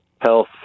health